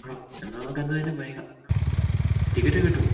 ആണോ എന്നാല് നമുക്ക് അന്നുതന്നെ പോയേക്കാം ടിക്കറ്റൊക്കെ കിട്ടുമോ